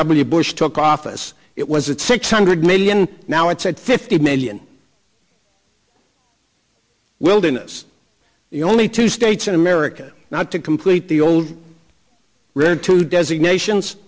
w bush took office it was it six hundred million now it's at fifty million wilderness the only two states in america not to complete the old we're going to designations